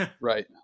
Right